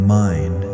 mind